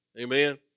Amen